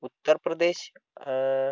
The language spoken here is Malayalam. ഉത്തർപ്രദേശ്